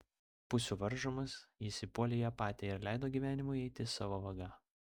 pusių varžomas jis įpuolė į apatiją ir leido gyvenimui eiti savo vaga